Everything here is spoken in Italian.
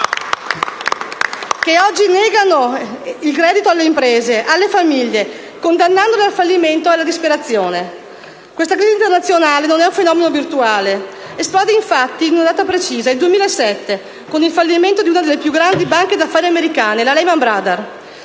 che oggi, negando il credito alle imprese e alle famiglie, le condannano al fallimento e alla disperazione. Questa crisi internazionale non è un fenomeno virtuale. Esplode, infatti, in una data precisa, il 2007, con il fallimento di una delle più grandi banche d'affari americane, la Lehman Brothers.